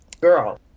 Girl